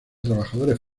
trabajadores